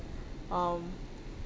um